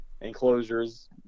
enclosures